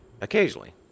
occasionally